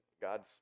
God's